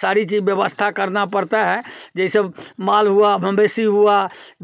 सारी चीज व्यवस्था करना पड़ता है जैसे माल हुआ मवेशी हुआ